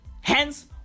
Hence